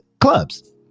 clubs